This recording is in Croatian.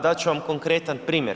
Dat ću vam konkretan primjer.